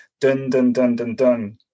dun-dun-dun-dun-dun